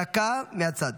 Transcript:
דקה מהצד,